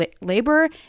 labor